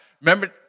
Remember